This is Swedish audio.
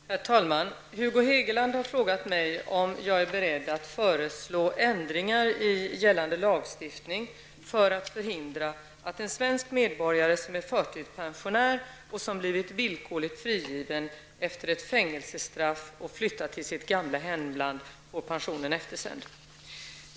Herr talman! Hugo Hegeland har frågat mig om jag är beredd att föreslå ändringar i gällande lagstiftning för att förhindra att en svensk medborgare, som är förtidspensionär och som blivit villkorligt frigiven efter ett fängelsestraff och flyttat till sitt gamla hemland, får pensionen eftersänd.